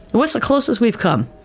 what's the closest we've come?